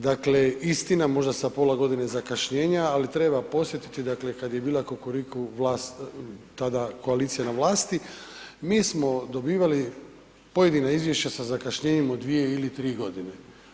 Dakle, istina, možda sa pola godine zakašnjenja, ali treba podsjetiti dakle, kad je bila Kukuriku vlast, tada koalicija na vlasti, mi smo dobivali pojedina izvješća sa zakašnjenjem od 2 ili 3 godine.